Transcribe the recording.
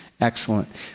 Excellent